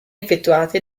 effettuate